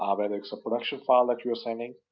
um whether it's a production file like you're sending,